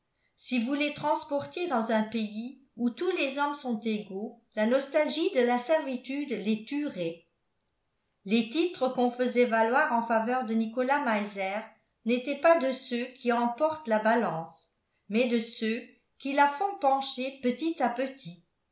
si vous les transportiez dans un pays où tous les hommes sont égaux la nostalgie de la servitude les tuerait les titres qu'on faisait valoir en faveur de nicolas meiser n'étaient pas de ceux qui emportent la balance mais de ceux qui la font pencher petit à petit